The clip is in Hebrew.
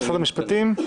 משרד המשפטים,